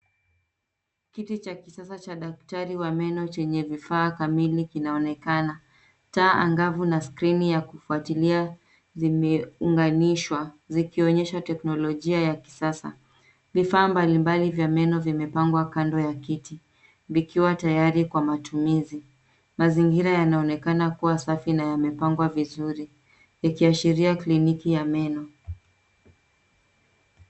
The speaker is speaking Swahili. Kiti cha kisasa cha daktari wa meno chenye vifaa kamili kinaonekana. Taa angavu na skrini ya kufuatilia, zimeunganishwa, zikionyesha teknolojia ya kisasa. Vifaa mbalimbali vya meno vimepangwa kando ya kiti, vikiwa tayari kwa matumizi. Mazingira yanaonekana kuwa safi na yamepangwa vizuri, likiashiria kliniki ya meno.